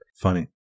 Funny